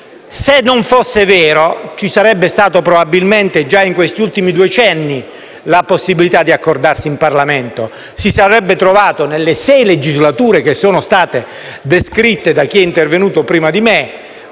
Se non fosse vero, probabilmente ci sarebbe già stata in questi ultimi decenni la possibilità di accordarsi in Parlamento. Si sarebbe trovato, nelle sei legislature che sono state descritte da chi è intervenuto prima di me,